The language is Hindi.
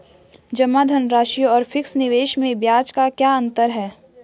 जमा धनराशि और फिक्स निवेश में ब्याज का क्या अंतर है?